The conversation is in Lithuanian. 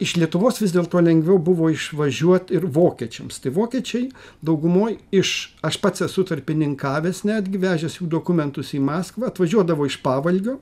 iš lietuvos vis dėlto lengviau buvo išvažiuot ir vokiečiams tai vokiečiai daugumoj iš aš pats esu tarpininkavęs netgi vežęs jų dokumentus į maskvą atvažiuodavo iš pavalgio